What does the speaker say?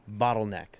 bottleneck